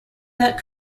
that